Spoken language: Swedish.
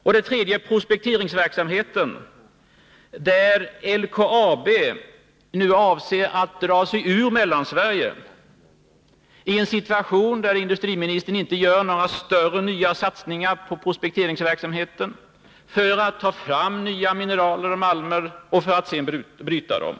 För det tredje gäller det prospekteringsverksamheten, där LKAB nu avser att dra sig ur Mellansverige, i en situation där industriministern inte gör några större satsningar på prospekteringsverksamheten för att ta fram nya mineraler och malmer och för att sedan bryta dem.